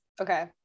Okay